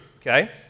okay